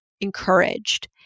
encouraged